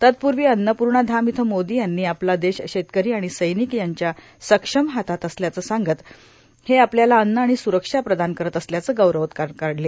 तत्पूर्वा अन्नपूर्वा धाम इथं मोदो यांनी आपला देश शेतकरो आर्माण सैर्मिनक यांच्या सक्षम हातात असल्याचं सांगत हे आपल्याला अन्ज आर्गाण स्रक्षा प्रदान करत असल्याचं गौरवोदगार त्यांनी काढले